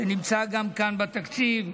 שגם נמצאת כאן בתקציב,